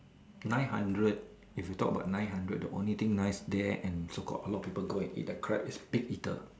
nine hundred if you talk about nine hundred the only thing nice there and so called a lot people go eat the crab is big eater